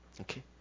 Okay